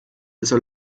desto